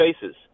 faces